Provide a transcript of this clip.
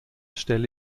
stelle